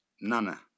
Nana